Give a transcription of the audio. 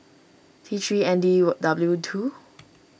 T three N D W two